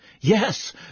Yes